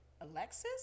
Alexis